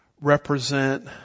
represent